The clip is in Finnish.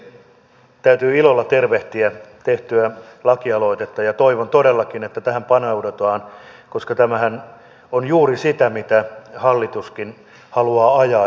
täytyy ilolla tervehtiä tehtyä laki aloitetta ja toivon todellakin että tähän paneudutaan koska tämähän on juuri sitä mitä hallituskin haluaa ajaa